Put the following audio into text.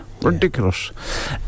Ridiculous